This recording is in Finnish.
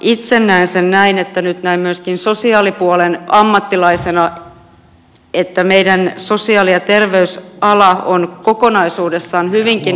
itse näen sen näin myöskin sosiaalipuolen ammattilaisena että meillä sosiaali ja terveysala on kokonaisuudessaan hyvinkin aliarvostettua